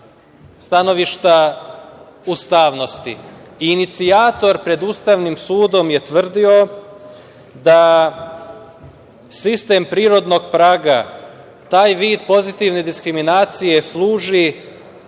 stanovišta ustavnosti. Inicijator pred Ustavnim sudom je tvrdio da sistem prirodnog praga, taj vid pozitivne diskriminacije služi